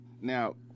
Now